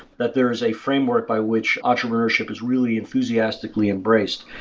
that there is a framework by which entrepreneurship is really enthusiastically embraced.